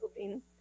moving